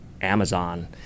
Amazon